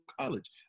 College